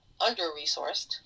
under-resourced